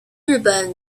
日本